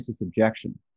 objection